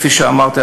כפי שאמרתי,